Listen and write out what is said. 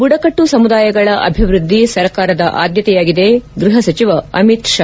ಬುಡಕಟ್ಟು ಸಮುದಾಯಗಳ ಅಭಿವೃದ್ದಿ ಸರ್ಕಾರದ ಆದ್ಯತೆಯಾಗಿದೆ ಗೃಹ ಸಚಿವ ಅಮಿತ್ ಶಾ